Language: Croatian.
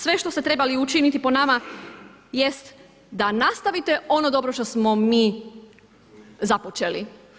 Sve što ste trebali učiniti po nama jest da nastavite ono dobro što smo mi započeli.